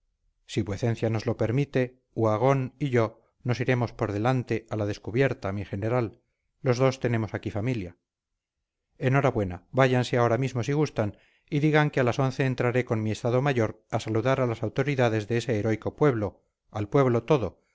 si vuecencia nos lo permite uhagón y yo nos iremos por delante a la descubierta mi general los dos tenemos aquí familia enhorabuena váyanse ahora mismo si gustan y digan que a las once entraré con mi estado mayor a saludar a las autoridades de ese heroico pueblo al pueblo todo